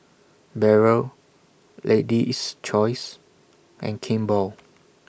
Barrel Lady's Choice and Kimball